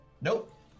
Nope